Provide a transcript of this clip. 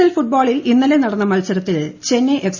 L ഫുട്ട്ണ്ട്ളിൽ ഇന്നലെ നടന്ന മത്സരത്തിൽ ചെന്നൈയിൻ എഫ്